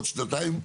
עוד שנתיים,